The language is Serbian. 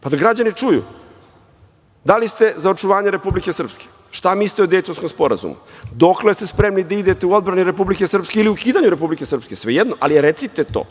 pa da građani čuju. Da li ste za očuvanje Republike Srpske? Šta mislite o Dejtonskom sporazumu? Dokle ste spremni da idete u odbrani Republike Srpske ili ukidanju Republike Srpske, svejedno, ali recite to.